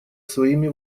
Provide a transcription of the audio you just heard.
своими